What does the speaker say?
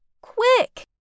Quick